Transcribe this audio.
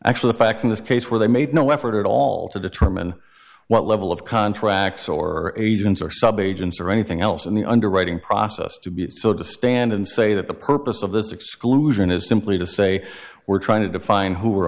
actually the facts in this case where they made no effort at all to determine what level of contracts or agents or subagents or anything else in the underwriting process to be so to stand and say that the purpose of this exclusion is simply to say we're trying to define who were